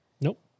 Nope